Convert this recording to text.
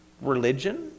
Religion